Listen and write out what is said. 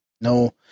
no